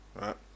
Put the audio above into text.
right